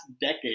decade